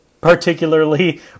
particularly